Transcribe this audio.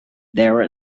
there